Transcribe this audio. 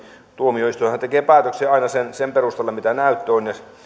tuomioistuinhan tekee päätöksiä aina sen perusteella mitä näyttö on ja